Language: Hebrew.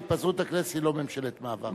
הממשלה, בהתפזרות הכנסת, היא לא ממשלת מעבר.